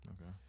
Okay